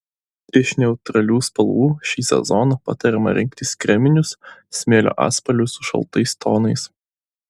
iš neutralių spalvų šį sezoną patariama rinktis kreminius smėlio atspalvius su šaltais tonais